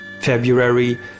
February